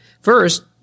First